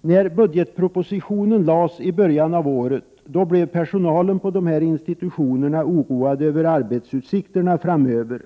När budgetpropositionen framlades i början av året blev personalen på dessa institutioner oroad över arbetsutsikterna framöver.